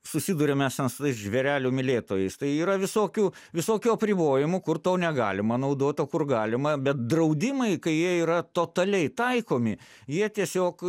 susiduriam mes ten su tais žvėrelių mylėtojais tai yra visokių visokių apribojimų kur to negalima naudot o kur galima bet draudimai kai jie yra totaliai taikomi jie tiesiog